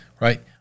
Right